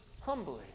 humbly